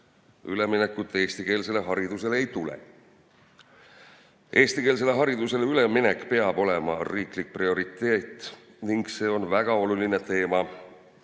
[täielikule] eestikeelsele haridusele ei tule. Eestikeelsele haridusele üleminek peab olema riiklik prioriteet. See on väga oluline teema